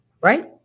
right